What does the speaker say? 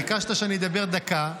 ביקשת שאני אדבר דקה,